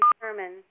determine